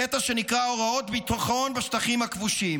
קטע שנקרא "הוראות ביטחון בשטחים הכבושים".